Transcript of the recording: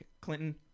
Clinton